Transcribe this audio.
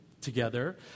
together